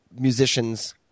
musicians